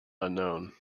unknown